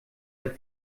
hat